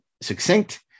succinct